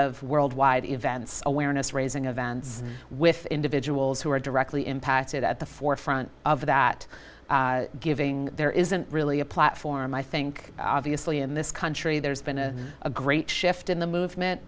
of worldwide events awareness raising events with individuals who are directly impacted at the forefront of that giving there isn't really a platform i think obviously in this country there's been a great shift in the movement